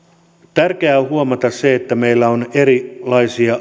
tärkeää on huomata se että meillä on erilaisia